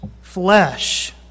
flesh